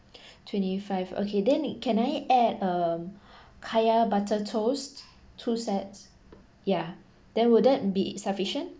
twenty five okay then can I add a kaya butter toast two sets yeah then would that be sufficient